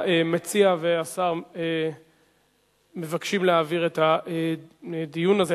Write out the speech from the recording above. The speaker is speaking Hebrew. המציע והשר מבקשים להעביר את הדיון הזה,